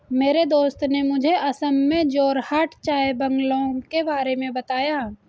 मेरे दोस्त ने मुझे असम में जोरहाट चाय बंगलों के बारे में बताया